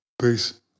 Peace